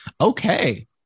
Okay